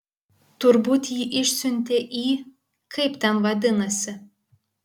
turbūt jį išsiuntė į kaip ten vadinasi